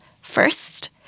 first